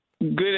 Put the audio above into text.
Good